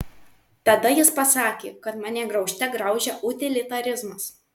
tada jis pasakė kad mane graužte graužia utilitarizmas